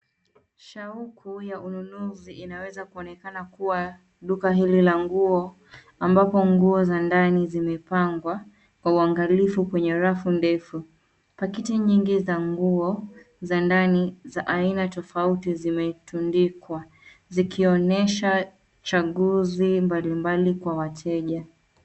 Shauku ya ununuzi inaweza kuonekana kuwa duka hili la nguo, ambapo nguo za ndani zimepangwa kwa uangalifu kwenye rafu ndefu. Pakiti nyingi za nguo za ndani za aina tofauti zimetundikwa zikionyesha chaguzi mbalimbali kwa wateja.